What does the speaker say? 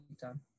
done